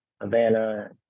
Havana